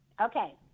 Okay